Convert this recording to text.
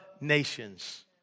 nations